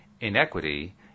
inequity